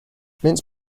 mince